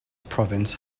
province